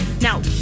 Now